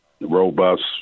robust